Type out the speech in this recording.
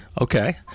Okay